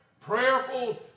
Prayerful